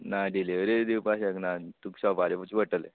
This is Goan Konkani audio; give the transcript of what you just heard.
ना डिलिवरी दिवपा शकना तूका शॉपार येवचें पडटलें